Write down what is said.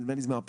נדמה לי מ-2018.